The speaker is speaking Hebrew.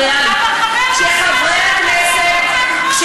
את מפריעה לי.